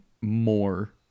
more